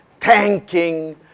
thanking